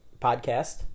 podcast